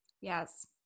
Yes